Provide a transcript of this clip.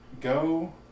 go